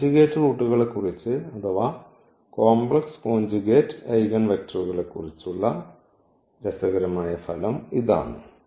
conjugate റൂട്ടുകളെക്കുറിച്ച് അഥവാ complex conjugate ഐഗൺവെക്റ്റർകളെക്കുറിച്ച് ഉള്ള രസകരമായ ഫലം ഇതാണ്